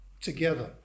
together